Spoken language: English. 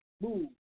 move